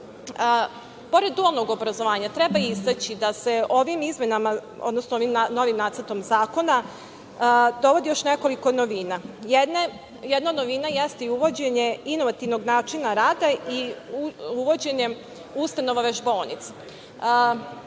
Pored dualnog obrazovanja treba istaći da se ovim novim nacrtom zakona dovodi još nekoliko novina. Jedna od novina jeste i uvođenje inovativnog načina rada i uvođenje ustanova